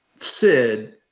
Sid